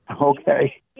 Okay